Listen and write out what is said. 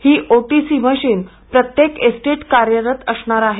ही O T C machine प्रत्येक एसटीत कार्यरत असणार आहे